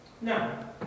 Now